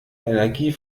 energie